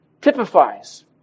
typifies